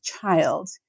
child